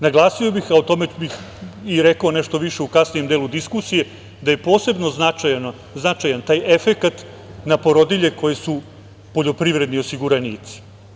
Naglasio bih, a o tome bih i rekao nešto više u kasnijem delu diskusije, da je posebno značajan taj efekat na porodilje koje su poljoprivredni osiguranici.